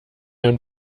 ein